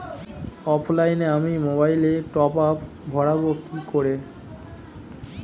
অফলাইনে আমি মোবাইলে টপআপ ভরাবো কি করে?